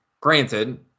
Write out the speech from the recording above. Granted